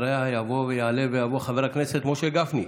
אחריה יבוא ויעלה ויבוא חבר הכנסת משה גפני.